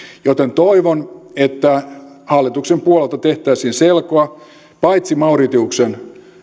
joten toivon että hallituksen puolelta tehtäisiin selkoa paitsi mauritiuksen